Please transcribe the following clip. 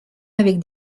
avec